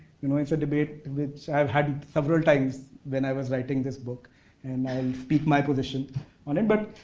you know it's a debate which i've had it several times when i was writing this book and i'll and speak my position on it. but,